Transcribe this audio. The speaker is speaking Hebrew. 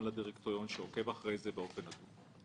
ולדירקטוריון שעוקב אחרי זה באופן עקבי.